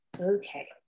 Okay